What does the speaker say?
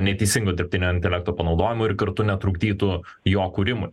neteisingo dirbtinio intelekto panaudojimo ir kartu netrukdytų jo kūrimui